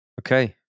okay